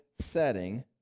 setting